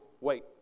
wait